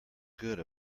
good